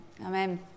Amen